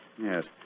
Yes